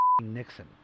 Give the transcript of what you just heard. Nixon